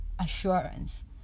assurance